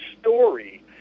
story